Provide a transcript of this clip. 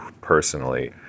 personally